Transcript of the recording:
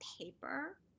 paper